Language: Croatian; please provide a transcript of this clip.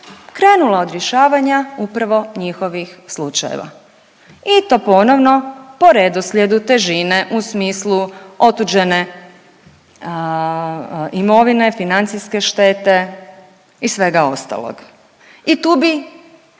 krenula od rješavanja upravo njihovih slučajeva i to ponovno po redoslijedu težine u smislu otuđene imovine, financijske štete i svega ostalog i tu bi